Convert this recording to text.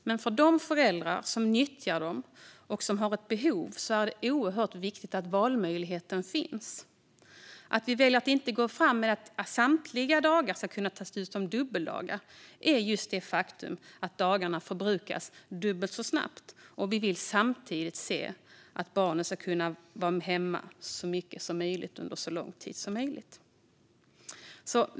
Men för de föräldrar som nyttjar dem och som har ett behov är det oerhört viktigt att valmöjligheten finns. Att vi väljer att inte gå fram med att samtliga dagar ska kunna tas ut som dubbeldagar beror just på att dagarna då förbrukas dubbelt så snabbt och vi samtidigt vill att barnet ska kunna vara hemma under så lång tid som möjligt.